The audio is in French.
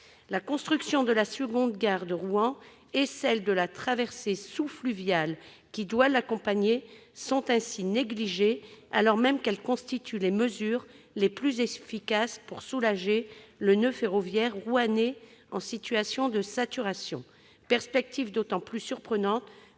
La construction de la seconde gare de Rouen et celle de la traversée sous-fluviale qui doit l'accompagner sont ainsi négligées, alors même qu'elles constituent les mesures les plus efficaces pour soulager le noeud ferroviaire rouennais en situation de saturation. La perspective est d'autant plus surprenante